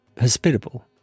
hospitable